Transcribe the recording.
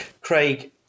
Craig